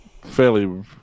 fairly